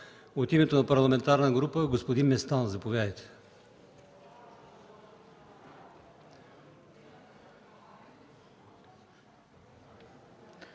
От името на парламентарна група – господин Местан. Заповядайте.